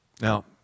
Now